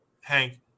Hank